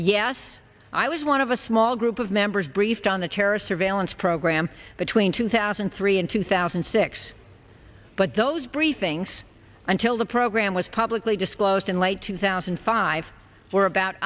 yes i was one of a small group of members briefed on the terrorist surveillance program between two thousand and three and two thousand and six but those briefings until the program was publicly disclosed in late two thousand and five were about